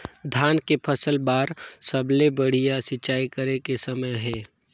धान के फसल बार सबले बढ़िया सिंचाई करे के समय हे?